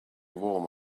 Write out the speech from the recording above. warm